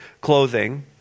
clothing